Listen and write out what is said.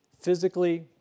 physically